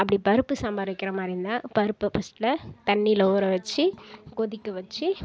அப்படி பருப்பு சாம்பார் வைக்கிற மாதிரி இருந்தால் பருப்பு ஃபஸ்டில் தண்ணியில் ஊற வச்சு கொதிக்க வச்சு